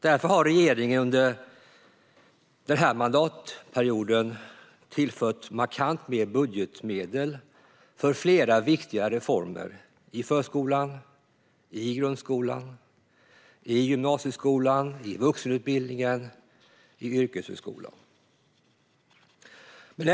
Därför har regeringen under denna mandatperiod tillfört markant mer budgetmedel för flera viktiga reformer i förskolan, grundskolan, gymnasieskolan, vuxenutbildningen och yrkeshögskolan.